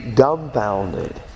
dumbfounded